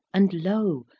and lo,